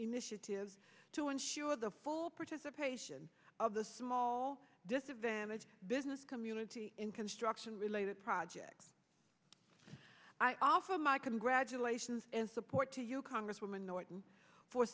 initiatives to ensure the full participation of the small disadvantaged business community in construction related projects i offer my congratulations and support to you congresswoman norton for